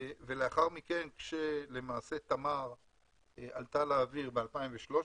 לאחר מכן כשתמר עלתה לאוויר ב-2013,